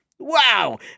Wow